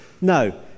No